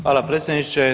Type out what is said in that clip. Hvala predsjedniče.